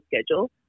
schedule